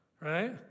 Right